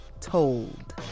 Told